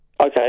Okay